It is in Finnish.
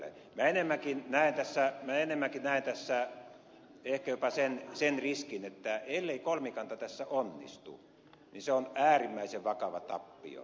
minä enemmänkin näen tässä ehkä jopa sen riskin että ellei kolmikanta tässä onnistu niin se on äärimmäisen vakava tappio